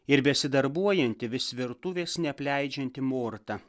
ir besidarbuojanti vis virtuvės neapleidžianti morta